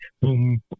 Boom